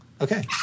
Okay